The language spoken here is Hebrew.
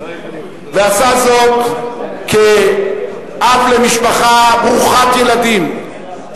ועשה זאת כאב למשפחה ברוכת ילדים,